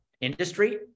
industry